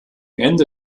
ende